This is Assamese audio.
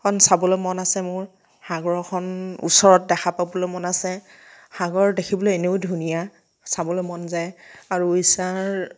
খন চাবলৈ মন আছে মোৰ সাগৰখন ওচৰত দেখা পাবলৈ মন আছে সাগৰ দেখিবলৈ এনেও ধুনীয়া চাবলৈ মন যায় আৰু উৰিষ্যাৰ